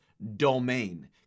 domain